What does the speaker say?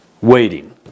Waiting